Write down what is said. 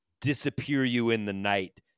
disappear-you-in-the-night